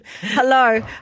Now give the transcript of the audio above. Hello